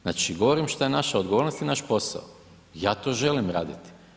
Znači, govorim šta je naša odgovornost i naš posao, ja to želim raditi.